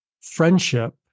friendship